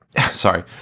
Sorry